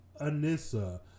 Anissa